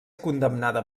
condemnada